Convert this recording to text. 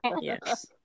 Yes